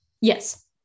yes